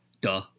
Duh